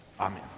Amen